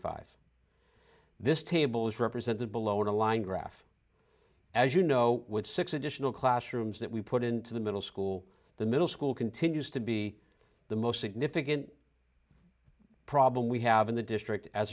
five this table is represented below the line graph as you know would six additional classrooms that we put into the middle school the middle school continues to be the most significant problem we have in the district as